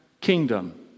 Kingdom